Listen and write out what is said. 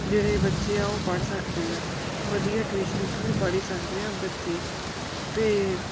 ਜਿਹੜੇ ਬੱਚੇ ਆ ਉਹ ਪੜ੍ਹ ਸਕਦੇ ਆ ਵਧੀਆ ਟਵੀਸ਼ਨ ਇੱਥੋਂ ਵੀ ਪੜ੍ਹ ਹੀ ਸਕਦੇ ਆ ਬੱਚੇ ਅਤੇ